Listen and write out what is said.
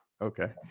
Okay